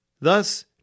Thus